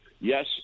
yes